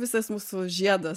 visas mūsų žiedas